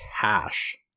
cash